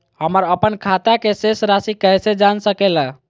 हमर अपन खाता के शेष रासि कैसे जान सके ला?